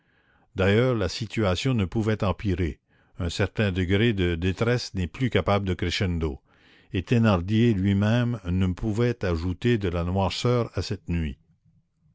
d'ailleurs la situation ne pouvait empirer un certain degré de détresse n'est plus capable de crescendo et thénardier lui-même ne pouvait ajouter de la noirceur à cette nuit